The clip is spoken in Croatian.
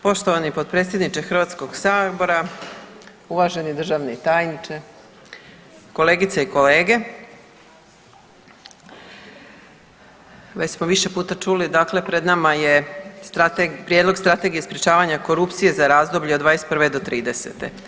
Poštovani potpredsjedniče Hrvatskog sabora, uvaženi državni tajniče, kolegice i kolege, već smo više puta čuli, dakle pred nama je Prijedlog Strategije sprječavanja korupcije za razdoblje od '21. do '30.